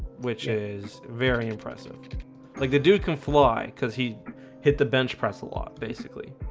which is very impressive like the dude can fly because he hit the bench, press a lot. basically